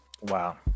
Wow